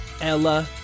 Ella